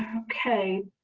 okay,